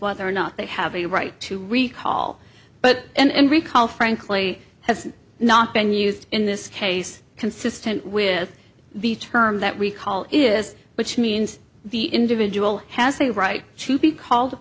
whether or not they have a right to recall but and recall frankly has not been used in this case consistent with the term that we call it is which means the individual has a right to be called